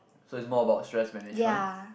so it's more about stress management